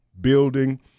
building